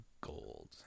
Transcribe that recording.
gold